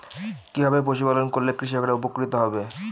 কিভাবে পশু পালন করলেই কৃষকরা উপকৃত হবে?